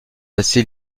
assez